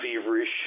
feverish